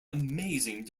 amazing